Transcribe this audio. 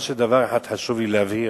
דבר אחד חשוב לי להבהיר,